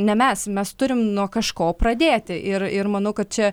ne mes mes turime nuo kažko pradėti ir ir manau kad čia